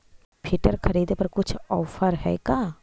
Filter खरिदे पर कुछ औफर है का?